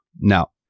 Now